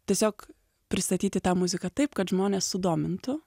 tiesiog pristatyti tą muziką taip kad žmones sudomintų